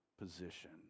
position